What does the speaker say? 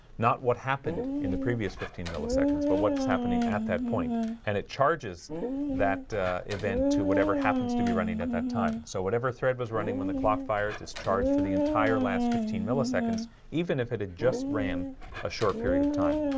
not what happened in the previous fifteen milliseconds but what's happening at that point and it charges that event to whatever happens to be running at that time? so whatever thread was running when the clock fires is charged for the entire last fifteen milliseconds even if it had just ran a short period of time